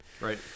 Right